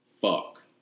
fuck